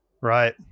Right